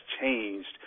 changed